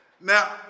Now